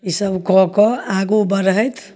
ई सब कऽ कऽ आगु बढ़थि